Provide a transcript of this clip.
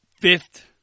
fifth